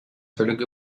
völlig